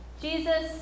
Jesus